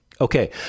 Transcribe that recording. Okay